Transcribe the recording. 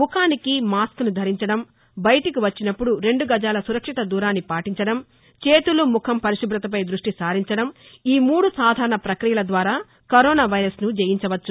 ముఖానికి మాస్కును ధరించడం బయటకు వచ్చినప్పుడు రెండు గజాల సురక్షిత దూరాన్ని పాటించడం చేతులు ముఖం పరిశుభతపై దృష్టి సారించడంఈ మూడు సాధారణ ప్రక్రియల ద్వారా కరోనా వైరస్ను జయించవచ్చు